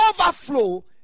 overflow